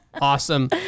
Awesome